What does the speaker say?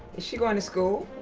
is she going to school?